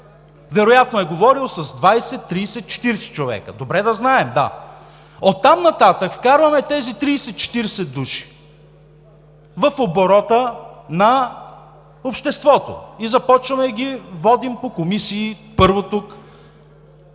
Вероятно е говорил с 20, 30, 40 човека. Оттам нататък вкарваме тези 30 – 40 души в оборота на обществото и започваме да ги водим по комисии, първо тук,